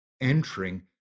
entering